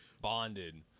bonded